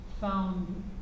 found